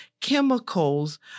chemicals